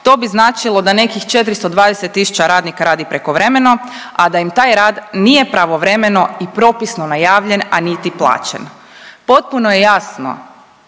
To bi značilo da nekih 420 radnika radni prekovremeno, a da im taj rad nije pravovremeno i propisno najavljen, a niti plaćen. Potpuno je jasno